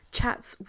chats